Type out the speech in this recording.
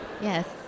Yes